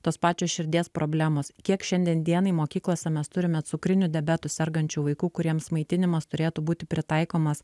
tos pačios širdies problemos kiek šiandien dienai mokyklose mes turime cukriniu diabetu sergančių vaikų kuriems maitinimas turėtų būti pritaikomas